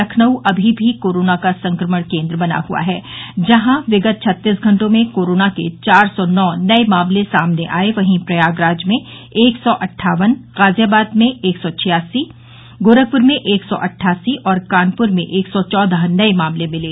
लखनऊ अभी भी कोरोना संक्रमण का केन्द्र बना हआ है जहां विगत छत्तीस घटों में कोरोना के चार सौ नौ नये मामले सामने आये वहीं प्रयागराज में एक सौ अट्ठावन गाजियाबाद में एक सौ छियासी गोरखपुर में एक सौ अट्ठासी और कानपुर में एक सौ चौदह नये मामले मिले